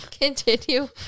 Continue